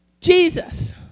Jesus